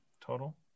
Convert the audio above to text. total